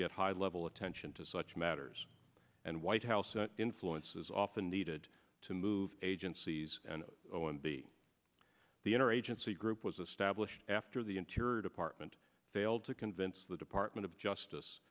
get high level attention to such matters and white house influence is often needed to move agencies and one be the inner agency group was established after the interior department failed to convince the department of justice